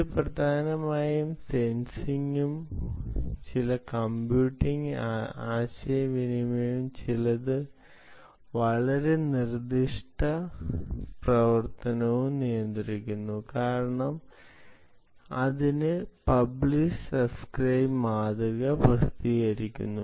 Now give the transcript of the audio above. ഇത് പ്രധാനമായും ചില സെൻസിംഗും ചില കമ്പ്യൂട്ടിംഗ് ആശയവിനിമയവും ചിലത് വളരെ നിർദ്ദിഷ്ട പ്രവർത്തനവും നിയന്ത്രിക്കുന്നു കാരണം അതിന് പബ്ലിഷ് സബ്സ്ക്രൈബ് മാതൃക പ്രസിദ്ധീകരിക്കുന്നു